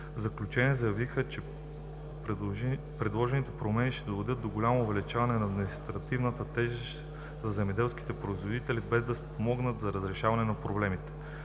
заключение заявиха, че предложените промени ще доведат до голямо увеличаване на административната тежест за земеделските производители, без да спомогнат за разрешаване на проблемите.